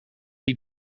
die